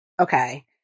okay